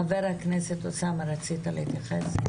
חבר הכנסת אוסמה, אתה מבקש להתייחס?